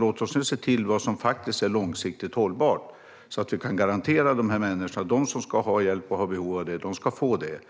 Låt oss nu se till vad som faktiskt är långsiktigt hållbart så att vi kan garantera att de som har behov av hjälp ska få det.